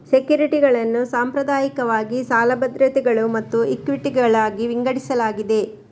ಸೆಕ್ಯುರಿಟಿಗಳನ್ನು ಸಾಂಪ್ರದಾಯಿಕವಾಗಿ ಸಾಲ ಭದ್ರತೆಗಳು ಮತ್ತು ಇಕ್ವಿಟಿಗಳಾಗಿ ವಿಂಗಡಿಸಲಾಗಿದೆ